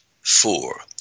four